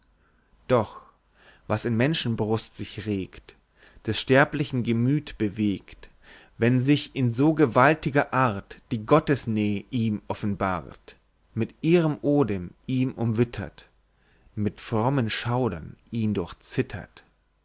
doch was in menschenbrust sich regt des sterblichen gemüth bewegt wenn sich in so gewaltiger art die gottesnäh ihm offenbart mit ihrem odem ihn umwittert mit frommen schauern ihn